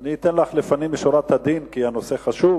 אני אתן לך לפנים משורת הדין, כי הנושא חשוב.